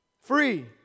free